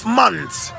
months